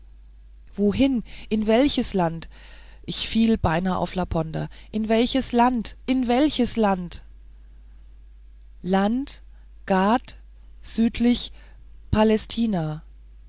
wohin in welches land ich fiel beinahe auf laponder in welches land in welches land land gad südlich palästina